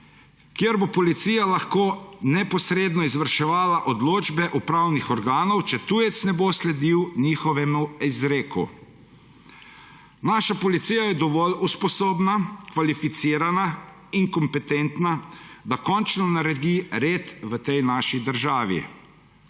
ker bo policija lahko neposredno izvrševala odločbe upravnih organov, če tujec ne bo sledil njihovemu izreku. Naša policija je dovolj usposobljena, kvalificirana in kompetentna, da končno naredi red v tej naši državi,